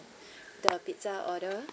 the pizza order